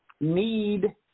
need